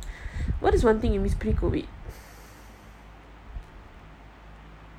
what is one thing you miss pre COVID